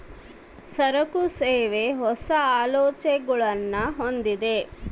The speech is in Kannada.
ಸರಕು, ಸೇವೆ, ಹೊಸ, ಆಲೋಚನೆಗುಳ್ನ ಹೊಂದಿದ